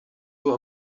wohl